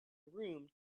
room